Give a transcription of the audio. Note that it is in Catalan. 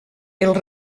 els